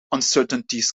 uncertainties